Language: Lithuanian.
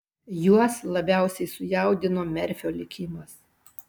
juos labiausiai sujaudino merfio likimas